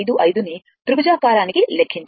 155 ను త్రిభుజాకారానికి లెక్కించాము